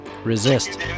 Resist